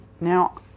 now